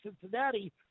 Cincinnati